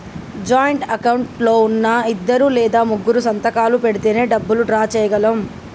joint account లో ఉన్నా ఇద్దరు లేదా ముగ్గురూ సంతకాలు పెడితేనే డబ్బులు డ్రా చేయగలం